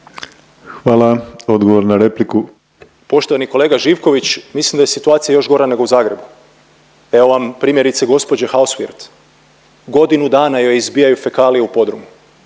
Zvonimir (MOST)** Poštovani kolega Živković mislim da je situacija još gora nego u Zagrebu. Evo vam primjerice gospođe Hauswirth godinu dana joj izbijaju fekalije u podrumu,